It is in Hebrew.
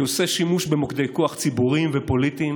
ואתה עושה שימוש במוקדי כוח ציבוריים ופוליטיים